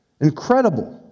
Incredible